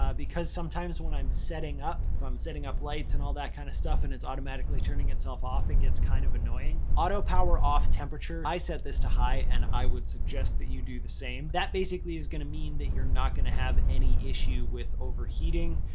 um because sometimes when i'm setting up, if i'm setting up lights and all that kinda kind of stuff and it's automatically turning itself off, it gets kind of annoying. auto power off temperature. i set this to high, and i would suggest that you do the same. that basically is gonna mean that you're not gonna have any issue with overheating.